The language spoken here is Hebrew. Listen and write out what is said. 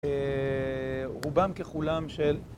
אה...רובם ככולם של...